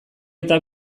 eta